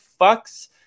fucks